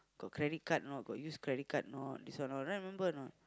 got credit card or not got use credit card or not this one all right remember or not